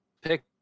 pick